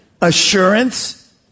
Assurance